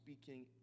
speaking